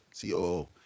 COO